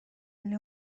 ولی